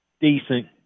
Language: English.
decent –